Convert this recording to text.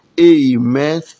Amen